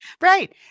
Right